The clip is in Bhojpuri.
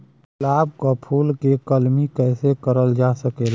गुलाब क फूल के कलमी कैसे करल जा सकेला?